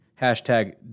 Hashtag